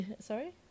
Sorry